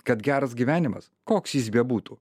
kad geras gyvenimas koks jis bebūtų